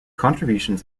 contributions